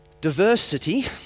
diversity